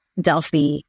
Delphi